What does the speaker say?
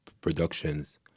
productions